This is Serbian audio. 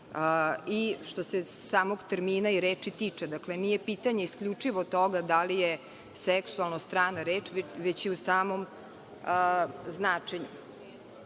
i što se samog termina i reči tiče, nije pitanje isključivo toga da li je – seksualno strana reč, već i u samom značenju. Ono